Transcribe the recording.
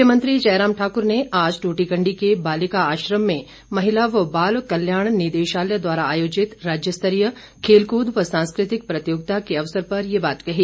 मुख्यमंत्री जयराम ठाकर ने आज ट्रटीकंडी के बालिका आश्रम में महिला व बाल कल्याण निदेशालय द्वारा आर्योजित राज्य स्तरीय खेलकूद व सांस्कृतिक प्रतियोगिता के अवसर पर ये बात कही